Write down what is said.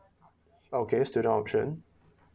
okay student option